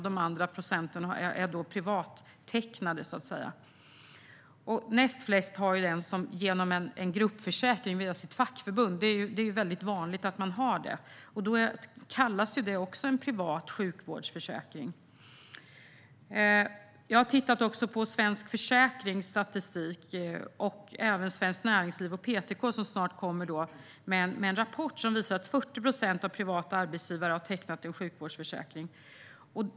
De övriga procenten har tecknat den privat. Näst flest har en gruppförsäkring via sitt fackförbund. Det är väldigt vanligt att man har det. Det kallas också privat sjukvårdsförsäkring. Jag har också tittat på Svensk Försäkrings statistik och även på Svenskt Näringsliv och PTK, som snart kommer med en rapport som visar att 40 procent av privata arbetsgivare har tecknat en sjukvårdsförsäkring.